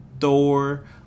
Thor